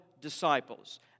disciples